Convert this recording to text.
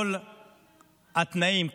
וכל התנאים,